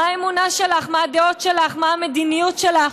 מה האמונה שלך, מה הדעות שלך, מה המדיניות שלך.